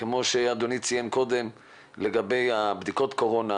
כמו שא דוני ציין קודם לגבי בדיקות הקורונה,